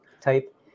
type